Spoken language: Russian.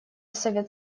совет